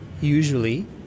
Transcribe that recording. Usually